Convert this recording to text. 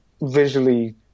visually